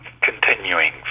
continuing